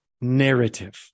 narrative